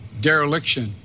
dereliction